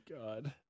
god